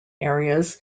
areas